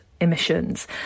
emissions